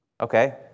Okay